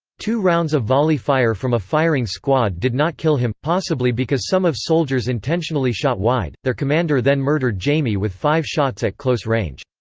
two rounds of volley fire from a firing squad did not kill him, possibly because some of soldiers intentionally shot wide their commander then murdered jaime with five shots at close range.